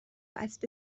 اسب